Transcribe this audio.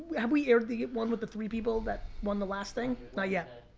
have we aired the one with the three people that won the last thing? not yet.